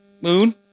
Moon